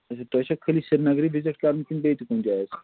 اچھا تۄہہِ چھا خٲلی سریٖنگرَے وِزِٹ کَرُن کِنہٕ بیٚیہِ تہِ کُنہِ جایہِ حظ